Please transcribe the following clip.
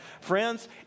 Friends